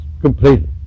completely